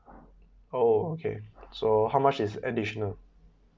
orh okay so how much is the additional